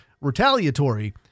retaliatory